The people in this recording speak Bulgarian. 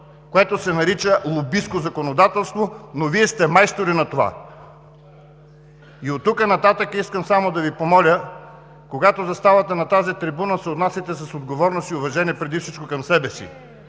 което се нарича „лобистко законодателство“, но Вие сте майстори на това. (Реплики от ГЕРБ.) И оттук нататък искам само да Ви помоля, когато заставате на тази трибуна, се отнасяйте с отговорност и уважение преди всичко към себе си.